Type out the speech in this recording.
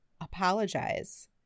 apologize